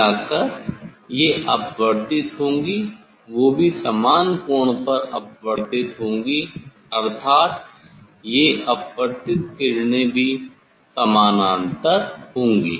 कुल मिलाकर ये अपवर्तित होंगी वो भी समान कोण पर अपवर्तित होंगी अर्थात ये अपवर्तित किरणें भी समानांतर होंगी